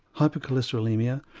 hypercholesterolemia,